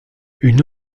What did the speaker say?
une